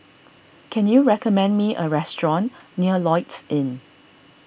can you recommend me a restaurant near Lloyds Inn